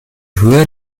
höher